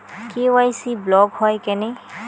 KYC block হয় কেনে?